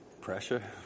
Pressure